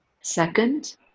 Second